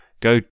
Go